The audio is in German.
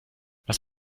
was